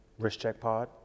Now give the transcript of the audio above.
wristcheckpod